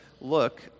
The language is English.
look